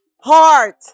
Heart